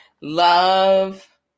love